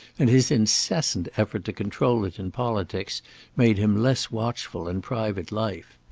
and his incessant effort to control it in politics made him less watchful in private life.